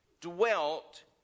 dwelt